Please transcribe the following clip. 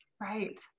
right